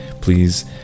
please